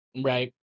Right